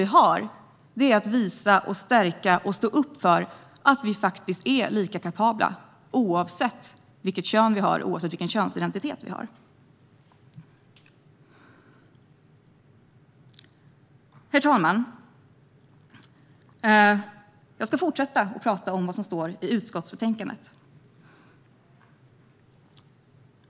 Vi har i stället behov av att visa, stärka och stå upp för att vi faktiskt är lika kapabla oavsett vilket kön eller vilken könsidentitet vi har. Herr talman! Jag ska fortsätta att tala om vad som står i utskottsbetänkandet.